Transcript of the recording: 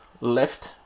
Left